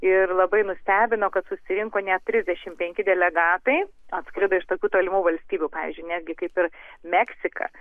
ir labai nustebino kad susirinko net trisdešimt penki delegatai atskrido iš tokių tolimų valstybių pavyzdžiui netgi kaip ir meksika